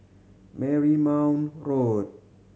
Marymount Road